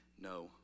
no